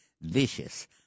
vicious